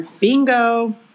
Bingo